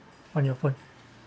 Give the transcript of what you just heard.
on your phone